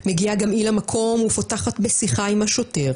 זה מקרה טרגי שדורש מאתנו לתת עליו את הדעת ולא רק בקריאה,